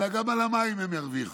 אלא גם על המים הם ירוויחו.